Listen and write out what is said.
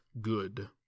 good